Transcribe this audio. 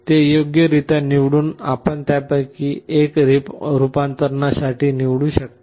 ते योग्य रित्या निवडून आपण त्यापैकी एक रूपांतरणासाठी निवडू शकता